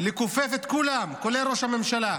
לכופף את כולם, כולל ראש הממשלה.